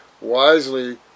wisely